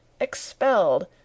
expelled